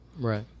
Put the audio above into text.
right